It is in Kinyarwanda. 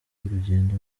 urugendo